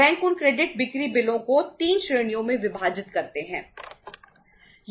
bank उन credit बिक्री बिलों को 3 श्रेणियों में विभाजित करते हैं